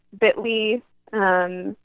bit.ly